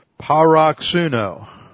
Paroxuno